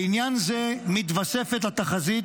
לעניין זה מתווספת התחזית,